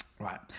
Right